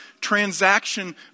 transaction